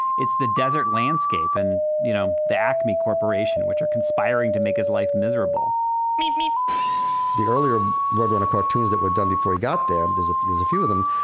it's the desert landscape and, you know, the acme corporation which are conspiring to make his life miserable the earlier roadrunner cartoons that were done before he got there, there's there's a few of them,